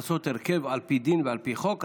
לעשות הרכב על פי דין ועל פי חוק,